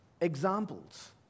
examples